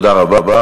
תודה רבה.